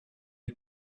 les